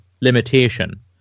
limitation